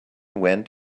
went